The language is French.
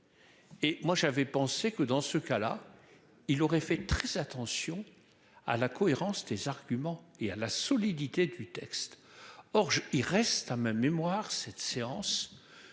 Et moi j'avais pensé que dans ce cas-là, il aurait fait très attention à la cohérence des arguments et à la solidité du texte hors jeu. Il reste à ma mémoire cette séance.